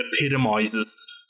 epitomizes